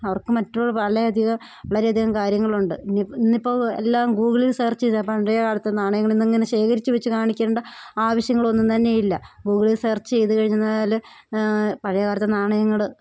അവർക്ക് മറ്റുള്ള വളരെയധികം വളരെയധികം കാര്യങ്ങളുണ്ട് ഇനി ഇിന്നിപ്പോൾ എല്ലാം ഗൂഗിളിൽ സർച്ച് ചെയ്താൽ പണ്ടു കാലത്തെ നാണയങ്ങളിന്നങ്ങനെ ശേഖരിച്ച് വെച്ചു കാണിക്കേണ്ട ആവശ്യങ്ങളൊന്നും തന്നെ ഇല്ല ഗൂഗിളിൽ സർച്ച് ചെയ്തു കഴിഞ്ഞെന്നാൽ പഴയ കാലത്തെ നാണയങ്ങൾ